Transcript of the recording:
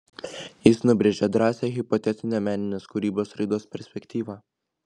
jis nubrėžė drąsią hipotetinę meninės kūrybos raidos perspektyvą